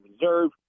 reserve